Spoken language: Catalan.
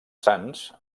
sants